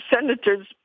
senator's